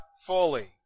fully